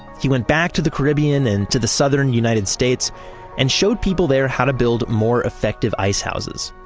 he went back to the caribbean and to the southern united states and showed people there how to build more effective ice houses,